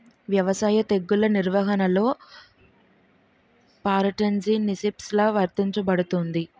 వ్యవసాయ తెగుళ్ల నిర్వహణలో పారాట్రాన్స్జెనిసిస్ఎ లా వర్తించబడుతుంది?